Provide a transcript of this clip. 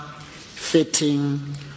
fitting